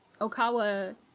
Okawa